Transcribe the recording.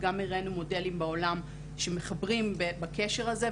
וגם הראינו מודלים בעולם שמחברים בקשר הזה,